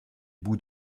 bouts